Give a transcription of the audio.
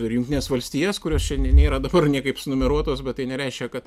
ir jungtines valstijas kurios čia nėra dabar niekaip sunumeruotos bet tai nereiškia kad